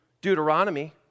Deuteronomy